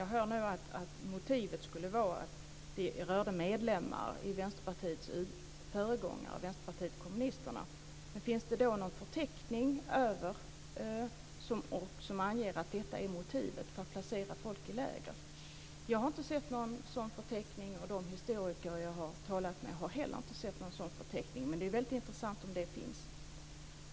Jag hör nu att motivet skulle vara att det rörde sig om medlemmar i Vänsterpartiets föregångare, Vänsterpartiet kommunisterna. Finns det någon förteckning som anger att detta är motivet för att placera människor i läger? Jag har inte sett någon sådan förteckning, och de historiker jag har talat med har heller inte sett någon sådan förteckning. Det är väldigt intressant om det finns en sådan.